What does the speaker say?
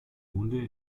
hunde